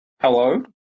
Hello